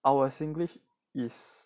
our singlish is